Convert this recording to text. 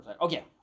Okay